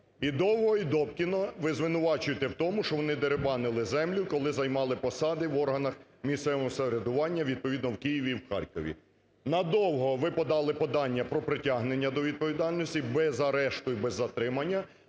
І Довгого, і Добкіна ви звинувачуєте в тому, що вони дерибанили землю, коли займали посади в органах місцевого самоврядування відповідно в Києві і в Харкові. На Довгого ви подали подання про притягнення до відповідальності без арешту і без затримання,